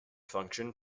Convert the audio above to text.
function